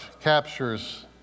captures